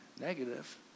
negative